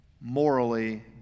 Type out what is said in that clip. morally